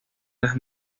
las